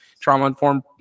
trauma-informed